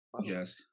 yes